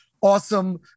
awesome